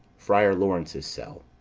friar laurence's cell.